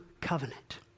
covenant